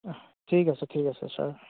ঠিক আছে ঠিক আছে ছাৰ